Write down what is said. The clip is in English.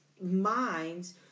minds